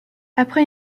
après